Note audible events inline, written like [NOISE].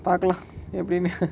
பாகலா எப்டினு:paakala epdinu [NOISE]